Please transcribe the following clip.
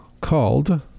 called